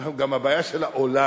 אנחנו גם הבעיה של העולם.